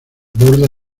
borde